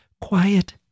quiet